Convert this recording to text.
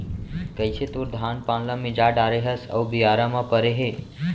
कइसे तोर धान पान ल मिंजा डारे हस अउ बियारा म परे हे